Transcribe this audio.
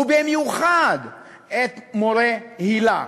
ובמיוחד את מורי היל"ה.